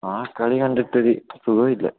ആ കളികണ്ടിട്ടൊരു സുഖമില്ല